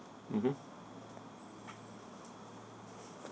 mmhmm